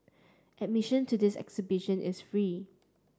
admission to this exhibition is free